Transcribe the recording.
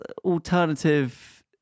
alternative